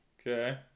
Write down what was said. okay